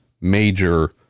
major